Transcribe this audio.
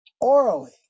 orally